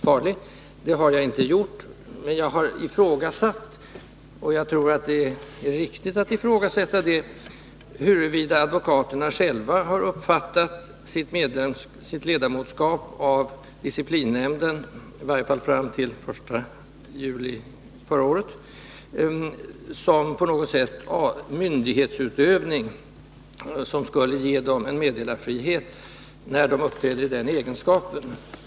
Nej, det har jag inte gjort, men jag har ifrågasatt — och jag tror att det är riktigt att ifrågasätta — huruvida advokaterna själva har uppfattat sitt ledamotskap av disciplinnämnden, i varje fall fram till den 1 juli förra året, såsom en myndighetsutövning, som skulle ge dem en meddelarfrihet när de uppträder i den egenskapen.